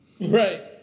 Right